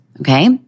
okay